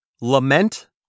lament